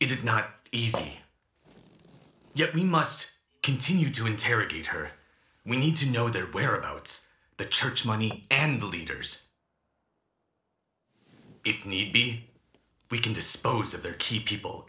is not easy yet we must continue to interrogate her we need to know their whereabouts the church money and leaders it need be we can dispose of their key people